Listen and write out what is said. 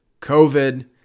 COVID